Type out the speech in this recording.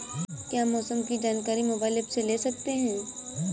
क्या मौसम की जानकारी मोबाइल ऐप से ले सकते हैं?